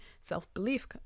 self-belief